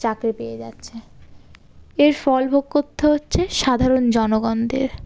চাকরি পেয়ে যাচ্ছে এর ফল ভোগ করতে হচ্ছে সাধারণ জনগণদের